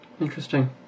Interesting